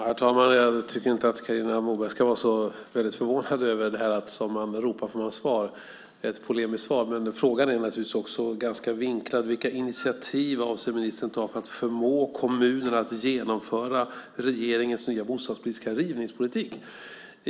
Herr talman! Jag tycker inte att Carina Moberg ska vara så väldigt förvånad över att som man ropar får man svar. Det är ett polemiskt svar, men frågan är också ganska vinklad: Vilka initiativ avser ministern att ta för att förmå kommunerna att genomföra regeringens nya bostadspolitiska rivningspolitik?